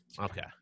Okay